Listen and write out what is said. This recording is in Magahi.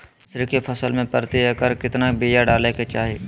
मसूरी के फसल में प्रति एकड़ केतना बिया डाले के चाही?